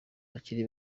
bakiri